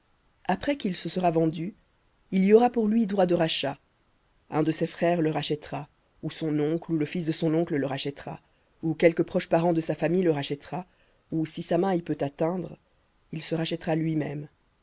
après qu'il se sera vendu il y aura pour lui droit de rachat un de ses frères le rachètera ou son oncle ou le fils de son oncle le rachètera ou quelque proche parent de sa famille le rachètera